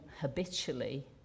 habitually